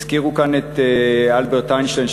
הזכירו כאן את אלברט איינשטיין,